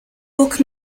guck